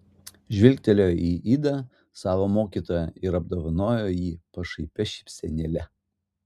žvilgtelėjo į idą savo mokytoją ir apdovanojo jį pašaipia šypsenėle